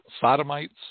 sodomites